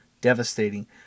devastating